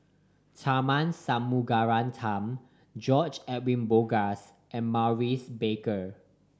Tharman Shanmugaratnam George Edwin Bogaars and Maurice Baker